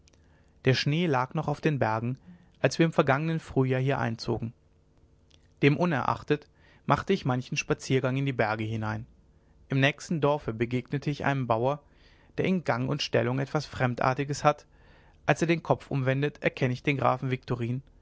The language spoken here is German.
der schnee lag noch auf den bergen als wir im vergangenen frühling hier einzogen demunerachtet machte ich manchen spaziergang in die berge hinein im nächsten dorfe begegne ich einem bauer der in gang und stellung etwas fremdartiges hat als er den kopf umwendet erkenne ich den grafen viktorin